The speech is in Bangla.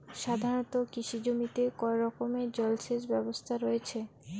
সাধারণত কৃষি জমিতে কয় রকমের জল সেচ ব্যবস্থা রয়েছে?